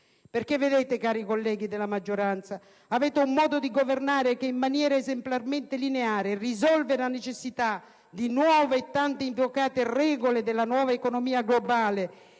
Perché vedete, cari colleghi della maggioranza, avete un modo di governare che, in maniera esemplarmente lineare, risolve la necessità di nuove e tanto invocate regole della nuova economia globale